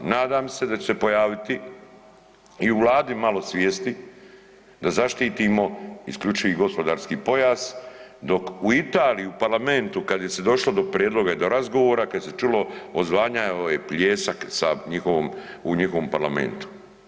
Nadam se da će se pojaviti i u Vladi malo svijesti da zaštitimo isključivi gospodarski pojas, dok u Italiji u parlamentu kad je se došlo do prijedloga i do razgovora, kad je se čulo odzvanjao je pljesak sa njihovom, u njihovom parlamentu.